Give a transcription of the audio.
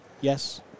Yes